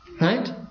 Right